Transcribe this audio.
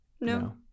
no